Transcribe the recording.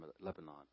Lebanon